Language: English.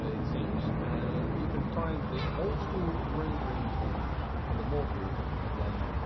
ah its seems. and you can find the old school rendering tools under more tools and then